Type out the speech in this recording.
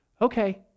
Okay